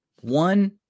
One